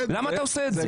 למה אתה עושה את זה?